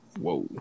whoa